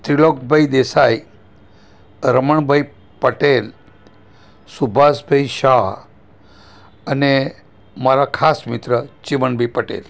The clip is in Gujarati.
ત્રિલોકભાઈ દેસાઈ રમણભાઈ પટેલ સુભાષભાઈ શાહ અને મારા ખાસ મિત્ર ચીમનભાઈ પટેલ